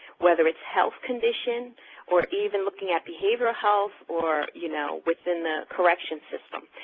whether it's health condition or even looking at behavioral health or you know, within the corrections system.